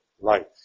life